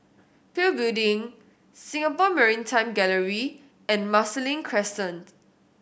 PIL Building Singapore Maritime Gallery and Marsiling Crescent